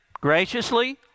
graciously